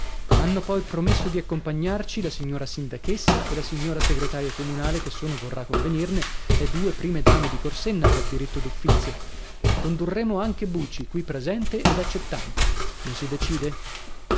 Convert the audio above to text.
hanno poi promesso di accompagnarci la signora sindachessa e la signora segretaria comunale che sono vorrà convenirne le due prime dame di corsenna per diritto d'uffizio condurremo anche buci qui presente ed accettante non si decide